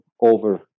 over